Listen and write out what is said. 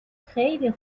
خیلی